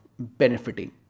benefiting